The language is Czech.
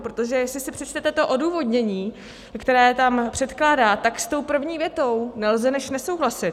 Protože jestli si přečtete to odůvodnění, které tam předkládá, tak s tou první větou nelze než nesouhlasit.